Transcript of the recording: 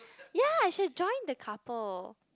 ya I should've joined the couple